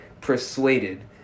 persuaded